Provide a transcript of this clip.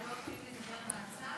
אנחנו לא יכולים לדבר מהצד?